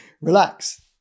Relax